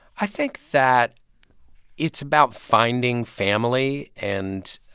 i think that it's about finding family. and